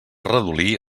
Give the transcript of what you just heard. redolí